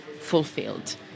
Fulfilled